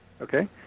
Okay